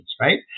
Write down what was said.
right